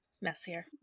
messier